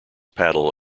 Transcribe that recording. paddle